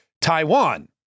Taiwan